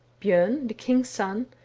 bjorn the king's son,